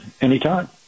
Anytime